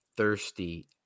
thirsty